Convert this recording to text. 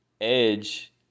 Edge